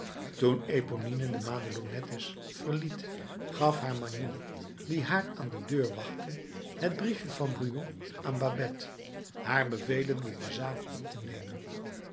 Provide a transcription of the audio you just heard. eponine de madelonnettes verliet gaf haar magnon die haar aan de deur wachtte het briefje van brujon aan babet haar bevelende de zaak op te nemen